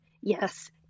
yes